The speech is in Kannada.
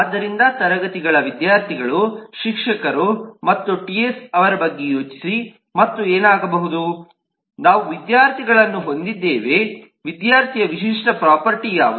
ಆದ್ದರಿಂದ ತರಗತಿಗಳ ವಿದ್ಯಾರ್ಥಿಗಳು ಶಿಕ್ಷಕರು ಮತ್ತು ಟಿಎಸ್ ಅವರ ಬಗ್ಗೆ ಯೋಚಿಸಿ ಮತ್ತು ಏನಾಗಬಹುದು ನಾವು ವಿದ್ಯಾರ್ಥಿಗಳನ್ನು ಹೊಂದಿದ್ದೇವೆ ವಿದ್ಯಾರ್ಥಿಯ ವಿಶಿಷ್ಟ ಪ್ರೊಫರ್ಟಿ ಯಾವುದು